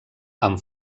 amb